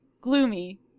gloomy